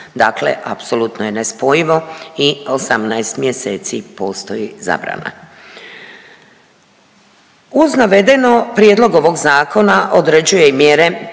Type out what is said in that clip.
dakle apsolutno je nespojivo i 18 mjeseci postoji zabrana. Uz navedeno prijedlog ovog zakona određuje i mjere